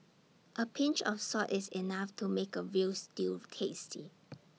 A pinch of salt is enough to make A Veal Stew tasty